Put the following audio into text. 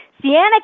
Sienna